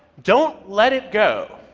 don't let it go.